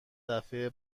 دفعه